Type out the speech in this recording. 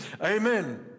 Amen